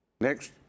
Next